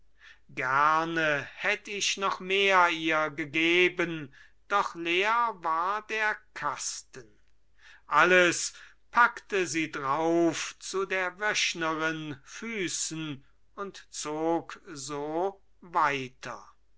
gerne hätt ich noch mehr ihr gegeben doch leer war der kasten alles packte sie drauf zu der wöchnerin füßen und zog so weiter